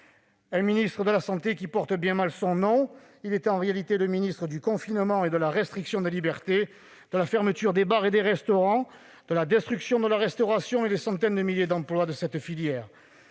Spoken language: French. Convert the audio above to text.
Le ministre de « la santé » porte bien mal son nom : il est en réalité le ministre du confinement et de la restriction des libertés, de la fermeture des bars et des restaurants, de la destruction de la restauration et des centaines de milliers d'emplois de cette filière.